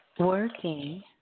Working